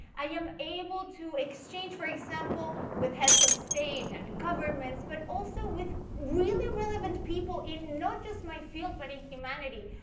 i am able to exchange, for example, with heads of state and governments, but also with really relevant people in not just my field, but humanity.